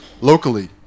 locally